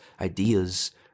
ideas